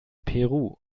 peru